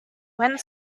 went